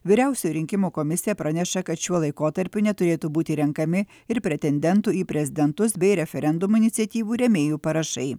vyriausioji rinkimų komisija praneša kad šiuo laikotarpiu neturėtų būti renkami ir pretendentų į prezidentus bei referendumų iniciatyvų rėmėjų parašai